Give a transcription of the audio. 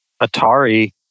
Atari